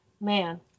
Man